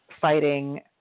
fighting